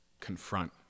confront